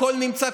הכול נמצא,